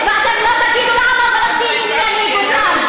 ואתם לא תגידו לעם הפלסטיני מי ינהיג אותם.